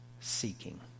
seeking